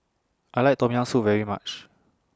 I like Tom Yam Soup very much